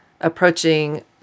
approaching